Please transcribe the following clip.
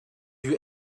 you